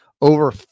Over